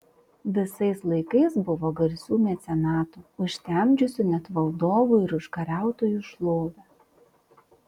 visais laikais buvo garsių mecenatų užtemdžiusių net valdovų ir užkariautojų šlovę